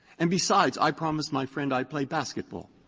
and besides, i promised my friend i'd play basketball.